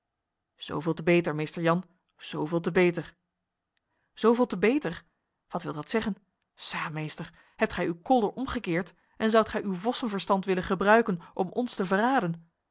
zoveel te beter meester jan zoveel te beter zoveel te beter wat wil dat zeggen sa meester hebt gij uw kolder omgekeerd en zoudt gij uw vossenverstand willen gebruiken om ons te verraden